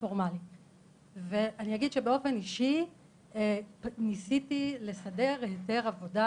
הפורמלי ואני אגיד שבאופן אישי ניסיתי לסדר היתר עבודה.